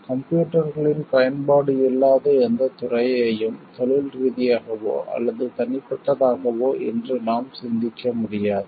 கம்ப்யூட்டர்களின் பயன்பாடு இல்லாத எந்தத் துறையையும் தொழில் ரீதியாகவோ அல்லது தனிப்பட்டதாகவோ இன்று நாம் சிந்திக்க முடியாது